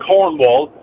Cornwall